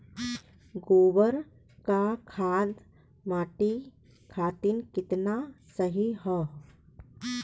गोबर क खाद्य मट्टी खातिन कितना सही ह?